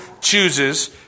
chooses